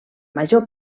major